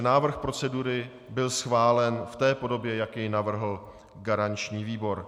Návrh procedury byl schválen v podobě, jak jej navrhl garanční výbor.